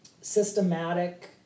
systematic